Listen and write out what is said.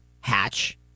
hatch